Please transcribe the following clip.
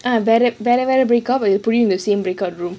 ah வேற வேற:veara veara break out they will put you in the same break out room